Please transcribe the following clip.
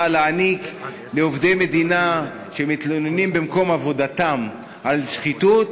להעניק לעובדי מדינה שמתלוננים במקום עבודתם על שחיתות